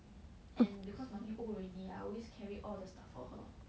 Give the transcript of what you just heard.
and because mummy already I always carry all the stuff for her